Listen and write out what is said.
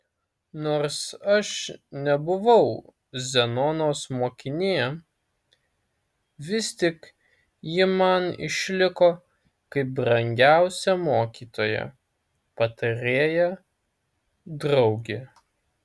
nors aš nebuvau zenonos mokinė vis tik ji man išliko kaip brangiausia mokytoja patarėja draugė